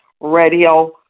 radio